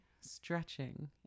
stretching